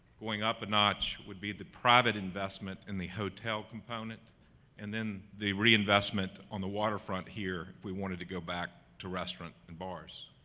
going up a notch would be the private investment in the hotel component and then the reinvestment on the water front here if we wanted to go back to restaurant and bars.